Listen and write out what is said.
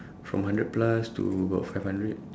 from hundred plus to about five hundred